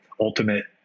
ultimate